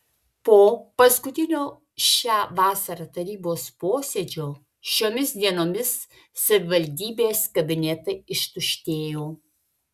po paskutinio šią vasarą tarybos posėdžio šiomis dienomis savivaldybės kabinetai ištuštėjo